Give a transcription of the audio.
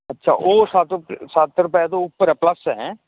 ਅੱਛਾ ਉਹ ਸੱਤ ਸੱਤ ਰੁਪਏ ਤੋਂ ਉੱਪਰ ਐ ਪਲੱਸ ਐ ਹੈਂਅ